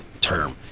term